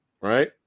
right